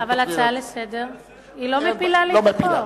אבל הצעה לסדר-היום לא מפילה לי את החוק.